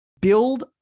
build